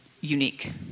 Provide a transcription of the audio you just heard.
unique